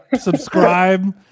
subscribe